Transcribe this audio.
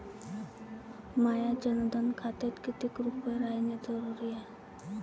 माह्या जनधन खात्यात कितीक रूपे रायने जरुरी हाय?